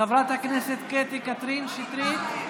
חברת הכנסת קטי קטרין שטרית,